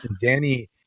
Danny